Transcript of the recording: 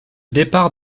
départ